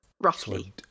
roughly